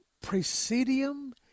Presidium